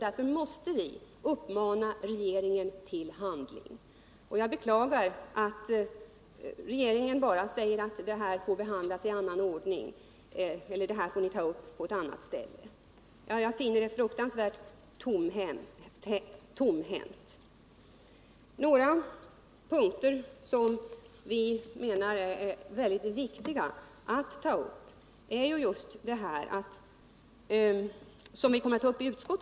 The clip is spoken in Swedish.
Därför måste vi uppmana regeringen till handling. Jag beklagar att regeringen bara säger att frågan får behandlas i annan ordning eller att den får tas upp i ett annat sammanhang. Det är ett fruktansvärt tomhänt handlande. Några punkter anser vi vara väldigt viktiga. Det gäller hur man skall minska orättvisorna mellan olika skolor.